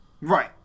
Right